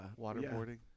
waterboarding